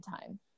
time